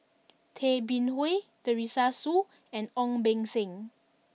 Tay Bin Wee Teresa Hsu and Ong Beng Seng